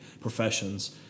professions